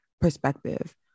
perspective